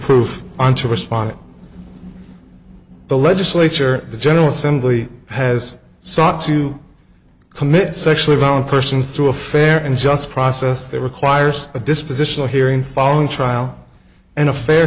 proof on to respond to the legislature the general assembly has sought to commit sexually violent persons through a fair and just process that requires a dispositional hearing following trial and a fair